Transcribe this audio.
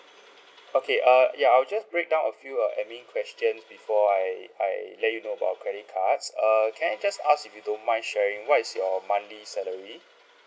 okay err ya I will just break down a few uh administration questions before I I let you know about our credit cards err can I just ask if you don't mind sharing what is your monthly salary